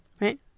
right